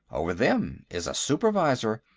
over them is a supervisor,